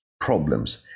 problems